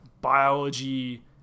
biology